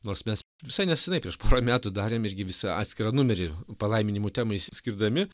nors mes visai nesenai prieš porą metų darėm irgi visą atskirą numerį palaiminimų temai skirdami